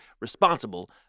responsible